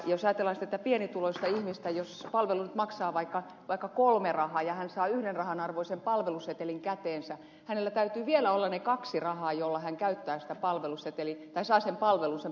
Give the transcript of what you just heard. jos ajatellaan pienituloista ihmistä jos palvelu nyt maksaa vaikka kolme rahaa ja hän saa yhden rahan arvoisen palvelusetelin käteensä hänellä täytyy vielä olla ne kaksi rahaa joilla hän saa sen palvelun sen palvelusetelin oheen